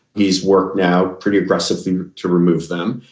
he's worked now pretty aggressively to remove them.